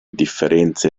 differenze